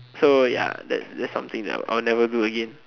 so ya that's that's something that I'll never do again